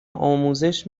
آموزش